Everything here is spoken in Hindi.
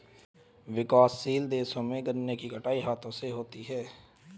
विकासशील देशों में गन्ने की कटाई हाथों से होती है